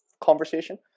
conversation